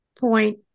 point